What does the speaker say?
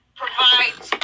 provides